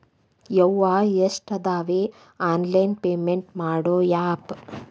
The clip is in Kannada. ಯವ್ವಾ ಎಷ್ಟಾದವೇ ಆನ್ಲೈನ್ ಪೇಮೆಂಟ್ ಮಾಡೋ ಆಪ್